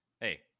hey